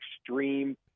extreme